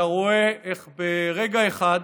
אתה רואה איך ברגע אחד